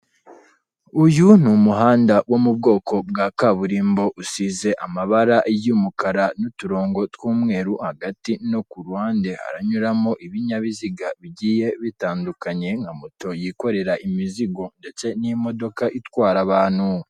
Uyu ni umuhanda wo mu bwoko bwa kaburimbo, usize amabara y'umukara n'uturongo tw'umweru, hagati no ku ruhande haranyuramo ibinyabiziga bigiye bitandukanye nka moto yikorera imizigo ndetse n'imodoka itwara abantu.